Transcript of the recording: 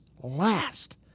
last